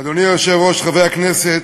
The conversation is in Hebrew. אדוני היושב-ראש, חברי הכנסת,